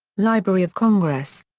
library of congress.